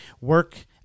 Work